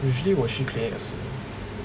usually 我去 clinic 的时候